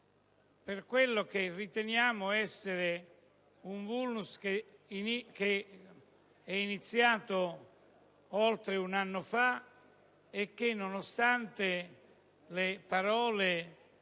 per quel che riteniamo essere un *vulnus* che si è originato oltre un anno fa e al quale, nonostante le parole